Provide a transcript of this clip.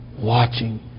watching